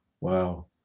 Wow